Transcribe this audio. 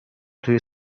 توی